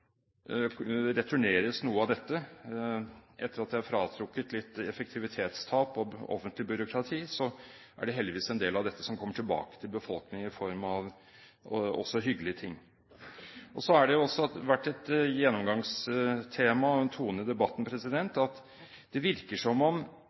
returneres noe av dette. Etter at det er fratrukket litt effektivitetstap og offentlig byråkrati, er det heldigvis en del av dette som også kommer tilbake til befolkningen i form av hyggelige ting. Og så har det vært et gjennomgangstema og en tone i debatten